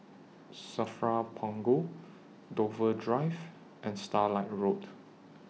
SAFRA Punggol Dover Drive and Starlight Road